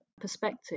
perspective